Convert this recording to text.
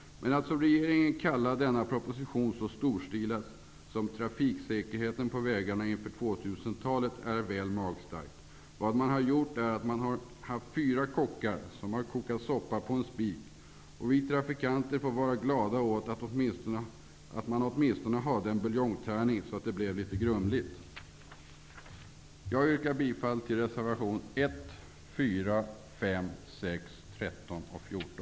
Att som regeringen kalla denna proposition något så storstilat som Trafiksäkerheten på vägarna inför 2000-talet är väl magstarkt. Det man har gjort är att ha fyra kockar som har kokat soppa på en spik. Vi trafikanter får vara glada åt att man åtminstone hade en buljongtärning, så att det blev litet grumligt. Jag yrkar bifall till reservationerna 1, 4, 5, 6, 13 och